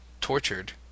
tortured